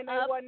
up